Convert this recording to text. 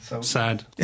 sad